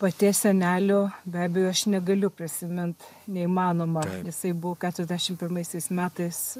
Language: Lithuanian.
paties senelio be abejo aš negaliu prisimint neįmanoma jisai buvo keturiasdešimt pirmaisiais metais